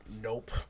nope